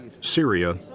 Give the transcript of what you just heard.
Syria